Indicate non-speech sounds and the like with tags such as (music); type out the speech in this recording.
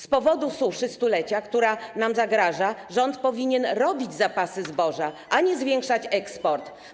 Z powodu suszy stulecia, która nam zagraża, rząd powinien robić zapasy zboża, (noise) a nie zwiększać eksport.